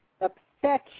upset